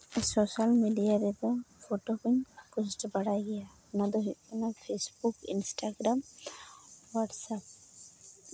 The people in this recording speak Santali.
ᱥᱳᱥᱟᱞ ᱢᱤᱰᱤᱭᱟ ᱨᱮᱫᱚ ᱯᱷᱳᱴᱳ ᱠᱚᱧ ᱯᱳᱥᱴ ᱵᱟᱲᱟᱭ ᱜᱮᱭᱟ ᱚᱱᱟᱫᱚ ᱦᱩᱭᱩᱜ ᱠᱟᱱᱟ ᱯᱷᱮᱹᱥᱵᱩᱠ ᱤᱱᱥᱴᱟᱜᱨᱟᱢ ᱦᱚᱣᱴᱟᱥᱥᱮᱯ